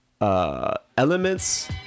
Elements